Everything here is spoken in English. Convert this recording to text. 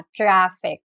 traffic